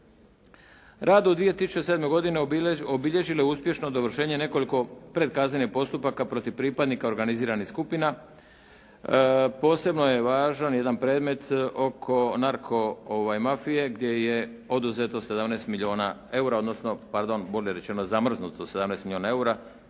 Rad u 2007. godini obilježilo je uspješno dovršenje nekoliko predkaznenih postupaka protiv pripadnika organiziranih skupina. Posebno je važan jedan predmet oko narko mafije gdje je oduzeto 17 milijuna EUR-a odnosno, pardon, bolje rečeno zamrznuto 17 milijuna